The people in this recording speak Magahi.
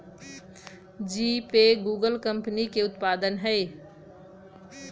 जीपे गूगल कंपनी के उत्पाद हइ